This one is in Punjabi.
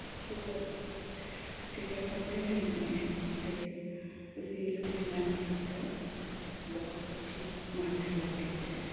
ਜੇਕਰ ਜੇਕਰ ਕੱਪੜੇ ਖਰੀਦਣੇ ਹੈ ਤਾਂ ਤੁਸੀਂ ਲੁਧਿਆਣਾ ਜਾ ਸਕਦੇ ਹੋ ਬਹੁਤ ਅੱਛੀ ਮਾਰਕੀਟ ਲੱਗਦੀ ਉੱਥੇ